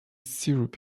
syrup